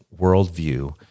worldview